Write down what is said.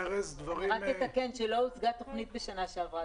רק נתקן שלא הוצגה תוכנית בשנה שעברה.